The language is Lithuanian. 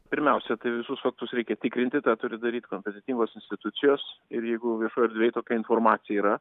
pirmiausia tai visus faktus reikia tikrinti tą turi daryt kompetentingos institucijos ir jeigu viešoj erdvėj tokia informacija yra